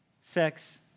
Sex